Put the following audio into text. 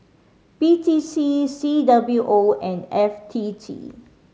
P T C C W O and F T T